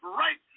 right